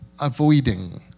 avoiding